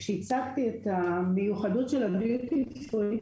כשהצגתי את המיוחדות של הדיוטי פרי,